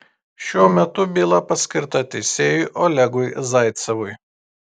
šiuo metu byla paskirta teisėjui olegui zaicevui